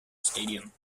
stadium